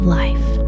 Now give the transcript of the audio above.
life